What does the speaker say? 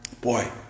Boy